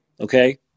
okay